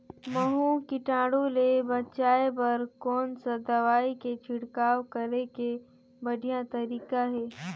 महू कीटाणु ले बचाय बर कोन सा दवाई के छिड़काव करे के बढ़िया तरीका हे?